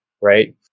right